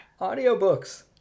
Audiobooks